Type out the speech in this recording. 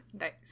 nice